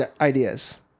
ideas